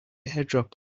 airdrop